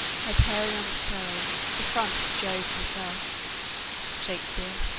hyperion's curls, the front of jove himself shakspeare.